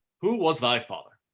who was thy father?